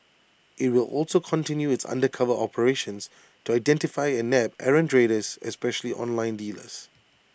IT will also continue its undercover operations to identify and nab errant traders especially online dealers